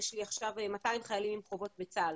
יש לי עכשיו 200 חיילים עם חובות בצה"ל.